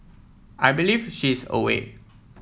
I believe she is away